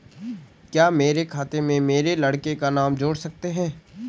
क्या मेरे खाते में मेरे लड़के का नाम जोड़ सकते हैं?